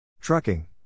Trucking